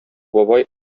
бабай